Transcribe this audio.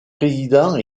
président